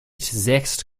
sechs